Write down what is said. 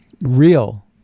real